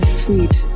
sweet